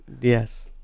Yes